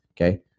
okay